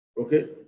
okay